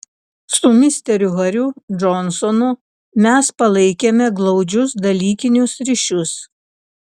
su misteriu hariu džonsonu mes palaikėme glaudžius dalykinius ryšius